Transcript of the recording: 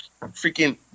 freaking